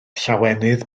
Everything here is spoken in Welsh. llawenydd